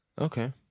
Okay